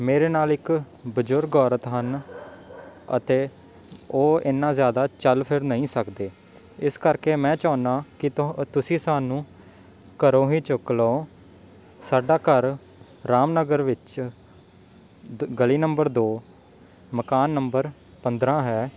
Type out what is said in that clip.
ਮੇਰੇ ਨਾਲ ਇੱਕ ਬਜ਼ੁਰਗ ਔਰਤ ਹਨ ਅਤੇ ਉਹ ਇਨਾ ਜ਼ਿਆਦਾ ਚੱਲ ਫਿਰ ਨਹੀਂ ਸਕਦੇ ਇਸ ਕਰਕੇ ਮੈਂ ਚਾਹੁੰਦਾ ਕਿ ਤੋ ਤੁਸੀਂ ਸਾਨੂੰ ਘਰੋਂ ਹੀ ਚੁੱਕ ਲਉ ਸਾਡਾ ਘਰ ਰਾਮਨਗਰ ਵਿੱਚ ਦ ਗਲੀ ਨੰਬਰ ਦੋ ਮਕਾਨ ਨੰਬਰ ਪੰਦਰਾਂ ਹੈ